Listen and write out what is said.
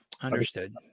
understood